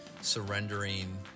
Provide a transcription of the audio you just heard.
surrendering